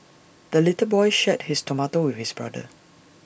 the little boy shared his tomato with his brother